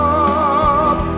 up